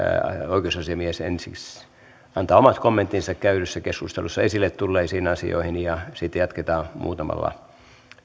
oikeusasiamies ensiksi antaa omat kommenttinsa käydyssä keskustelussa esille tulleisiin asioihin ja sitten jatketaan muutamalla